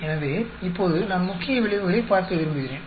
எனவே இப்போது நான் முக்கிய விளைவுகளைப் பார்க்க விரும்புகிறேன்